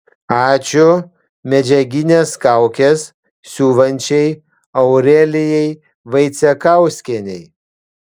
ačiū medžiagines kaukes siuvančiai aurelijai vaicekauskienei